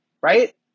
right